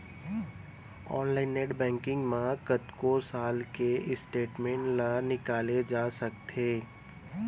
online net banking म कतको साल के स्टेटमेंट ल निकाले जा सकत हे